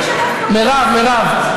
מרב,